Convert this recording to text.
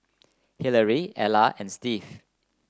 Hillary Ella and Steve